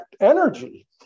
energy